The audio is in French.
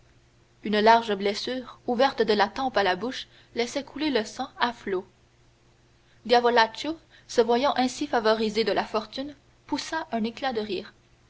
une large blessure ouverte de la tempe à la bouche laissait couler le sang à flots diavolaccio se voyant ainsi favorisé de la fortune poussa un éclat de rire